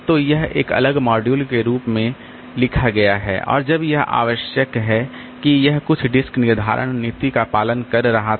तो यह एक अलग मॉड्यूल के रूप में लिखा गया है और जब यह आवश्यक है कि यह कुछ डिस्क निर्धारण नीति का पालन कर रहा था